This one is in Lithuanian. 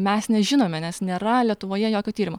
mes nežinome nes nėra lietuvoje jokio tyrimo